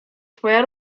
twoja